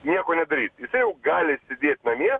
nieko nedaryt jisai jau gali sėdėt namie